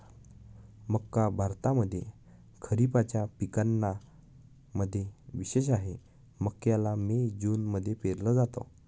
मक्का भारतामध्ये खरिपाच्या पिकांना मध्ये विशेष आहे, मक्याला मे जून मध्ये पेरल जात